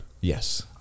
Yes